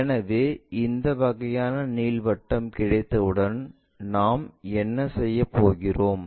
எனவே இந்த வகையான நீள்வட்டம் கிடைத்தவுடன் நாம் என்ன செய்யப் போகிறோம்